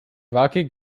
rocky